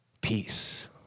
peace